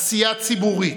עשייה ציבורית,